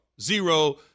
Zero